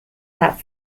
that